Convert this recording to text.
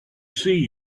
see